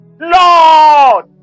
Lord